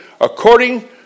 according